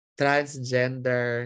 transgender